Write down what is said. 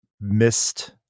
missed